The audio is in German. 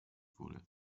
wurde